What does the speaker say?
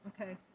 Okay